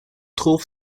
trouve